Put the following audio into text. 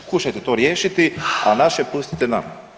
Pokušajte to riješiti, a naše pustite nama.